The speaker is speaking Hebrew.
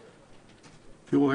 תראו,